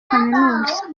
kaminuza